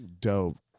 Dope